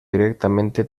directamente